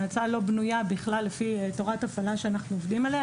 ההצעה לא בנויה לפי תורת הפעלה שאנחנו עובדים עליה,